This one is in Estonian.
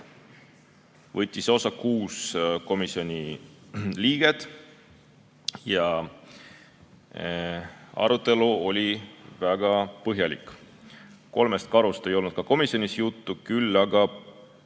võttis osa kuus komisjoni liiget ja arutelu oli väga põhjalik. Kolmest karust ei olnud ka komisjonis juttu, küll aga